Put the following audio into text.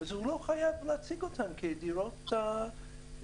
אז הוא לא חייב להציג אותן כדירות האנרגטיות.